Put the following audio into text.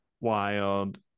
wild